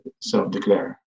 self-declare